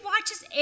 watches